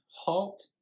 Halt